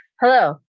Hello